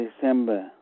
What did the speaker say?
December